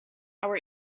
our